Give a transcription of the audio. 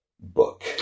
book